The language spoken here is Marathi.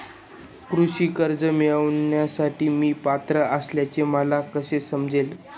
कृषी कर्ज मिळविण्यासाठी मी पात्र असल्याचे मला कसे समजेल?